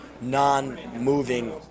non-moving